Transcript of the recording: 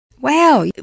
Wow